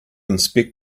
inspect